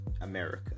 America